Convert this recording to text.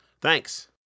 Thanks